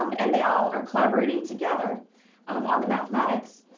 um and they all are collaborating together um on the mathematics.